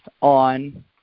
on